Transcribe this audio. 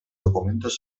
documentos